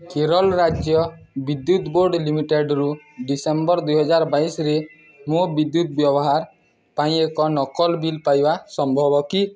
କେରଲ୍ ରାଜ୍ୟ ବିଦ୍ୟୁତ ବୋର୍ଡ଼ ଲିମିଟେଡ଼୍ରୁ ଡିସେମ୍ବର ଦୁଇହଜାର ବାଇଶରେ ମୋ ବିଦ୍ୟୁତ ବ୍ୟବହାର ପାଇଁ ଏକ ନକଲ ବିଲ୍ ପାଇବା ସମ୍ଭବ କି